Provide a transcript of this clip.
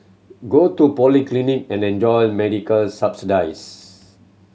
go to polyclinic and enjoy medical subsidies